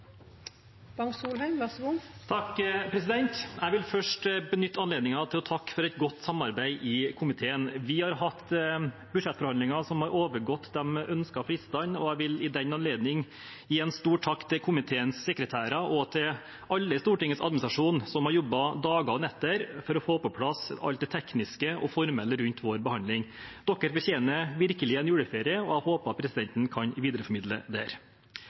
komiteen. Vi har hatt budsjettforhandlinger som har overgått de ønskede fristene, og jeg vil i den anledning gi en stor takk til komiteens sekretærer og til alle i Stortingets administrasjon som har jobbet dager og netter for å få plass alt det tekniske og formelle rundt vår behandling. Dere fortjener virkelig en juleferie, og jeg håper presidenten kan videreformidle